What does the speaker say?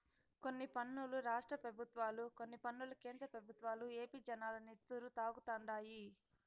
కొన్ని పన్నులు రాష్ట్ర పెబుత్వాలు, కొన్ని పన్నులు కేంద్ర పెబుత్వాలు ఏపీ జనాల నెత్తురు తాగుతండాయి